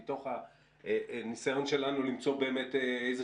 ומתוך הניסיון שלנו למצוא איזון.